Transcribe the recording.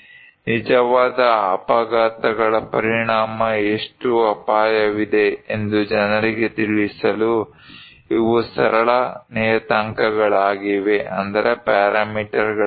ನಿಜವಾದ ಅಪಘಾತಗಳ ಪರಿಣಾಮ ಎಷ್ಟು ಅಪಾಯವಿದೆ ಎಂದು ಜನರಿಗೆ ತಿಳಿಸಲು ಇವು ಸರಳ ನಿಯತಾಂಕಗಳಾಗಿವೆ